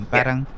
Parang